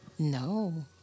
No